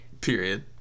period